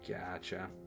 Gotcha